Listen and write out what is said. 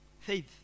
Faith